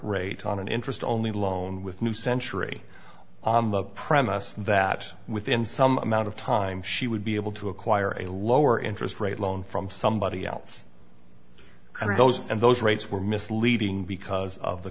rate on an interest only loan with new century premises that within some amount of time she would be able to acquire a lower interest rate loan from somebody else and of those and those rates were misleading because of the